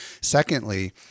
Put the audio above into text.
Secondly